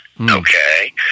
okay